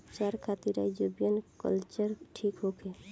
उपचार खातिर rhizobium culture ठीक होखे?